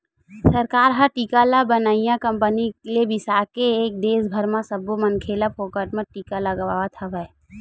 सरकार ह टीका ल बनइया कंपनी ले बिसाके के देस भर के सब्बो मनखे ल फोकट म टीका लगवावत हवय